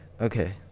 Okay